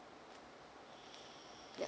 yeah